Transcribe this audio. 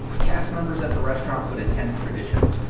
cast members at the restaurant would attend traditions,